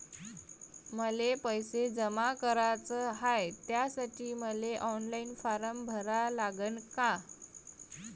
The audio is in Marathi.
मले पैसे जमा कराच हाय, त्यासाठी मले ऑनलाईन फारम भरा लागन का?